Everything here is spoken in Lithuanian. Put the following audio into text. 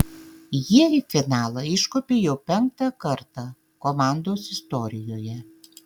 jie į finalą iškopė jau penktą kartą komandos istorijoje